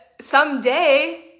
someday